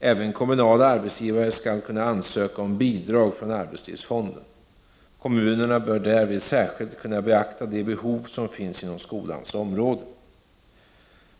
Även kommunala arbetsgivare skall kunna ansöka om bidrag från arbetslivsfonden. Kommunerna bör därvid särskilt kunna beakta de behov som finns inom skolans område.